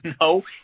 No